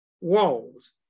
Walls